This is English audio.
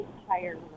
entire